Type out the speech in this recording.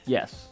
Yes